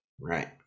Right